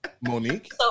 Monique